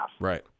Right